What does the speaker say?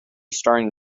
starting